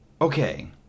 Okay